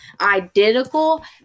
identical